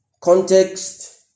context